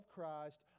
Christ